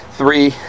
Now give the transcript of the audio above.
three